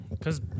Cause